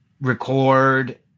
record